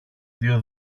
δύο